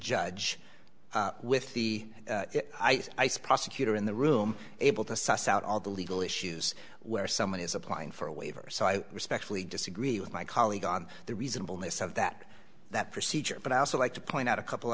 judge with the ice prosecutor in the room able to suss out all the legal issues where someone is applying for a waiver so i respectfully disagree with my colleague on the reasonableness of that that procedure but i also like to point out a couple o